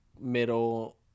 middle